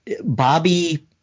Bobby